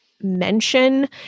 mention